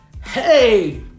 hey